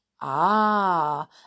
Ah